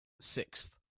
sixth